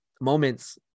moments